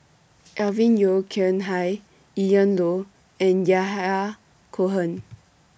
Alvin Yeo Khirn Hai Ian Loy and Yahya Cohen